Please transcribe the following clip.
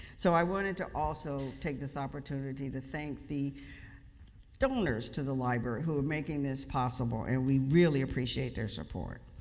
so, i wanted to also take this opportunity to thank the donors to the library who are making this possible, and we really appreciate their support.